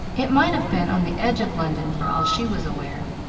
it might have been on the edge of london for all she was aware.